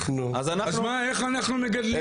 אז איך אנחנו מגדלים אותם?